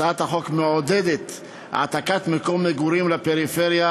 הצעת החוק מעודדת העתקת מקום מגורים לפריפריה,